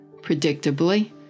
Predictably